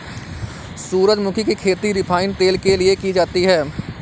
सूरजमुखी की खेती रिफाइन तेल के लिए की जाती है